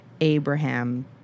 Abraham